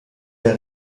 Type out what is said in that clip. der